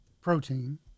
protein